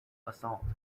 assault